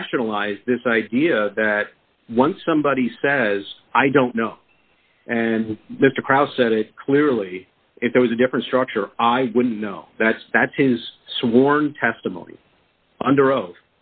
rationalize this idea that one somebody says i don't know and mr kraus said it clearly if there was a different structure i wouldn't know that's that's his sworn testimony under oath